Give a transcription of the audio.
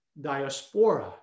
diaspora